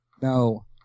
No